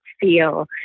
feel